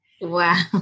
Wow